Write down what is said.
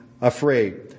afraid